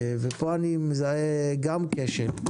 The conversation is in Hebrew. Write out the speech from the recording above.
ופה אני מזהה גם כשל,